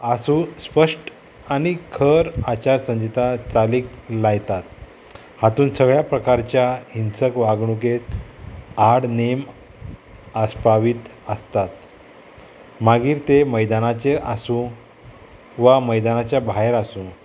आसूं स्पश्ट आनी खर आचार संजिता चालीक लायतात हातून सगळ्या प्रकारच्या हिंसक वागणुकेत आड नेम आस्पावीत आसतात मागीर ते मैदानाचेर आसूं वा मैदानाच्या भायर आसूं